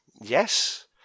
Yes